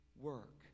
work